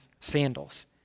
sandals